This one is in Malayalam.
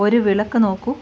ഒരു വിളക്ക് നോക്കൂ